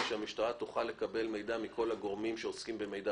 שהמשטרה תוכל לקבל מידע מכל הגורמים שעוסקים במידע